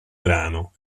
brano